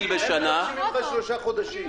הם מבקשים ממך שלושה חודשים,